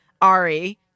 Ari